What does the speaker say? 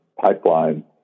pipeline